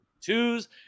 twos